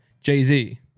Jay-Z